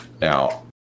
Now